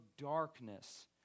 darkness